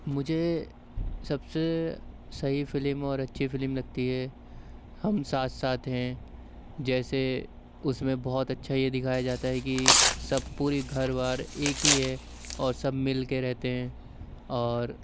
مجھے سب سے صحیح فلم اور اچھی فلم لگتی ہے ہم ساتھ ساتھ ہیں جیسے اس میں بہت اچھا یہ دکھایا جاتا ہے کہ سب پوری گھر بار ایک ہی ہے اور سب مل کے رہتے ہیں اور